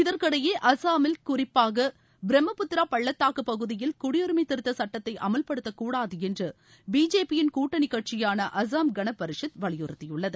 இதற்கிடையே அஸ்ஸாமில் குறிப்பாக பிரம்மபுத்திரா பள்ளத்தாக்குப் பகுதியில் குடியுரிமை திருத்த சட்டத்தை அமல்படுத்தக்கூடாது என்று பிஜேபியின் கூட்டணி கட்சியான அஸ்ஸாம் கனபரிஷத் வலியுறுத்தியுள்ளது